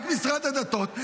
רק משרד הדתות,